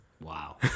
Wow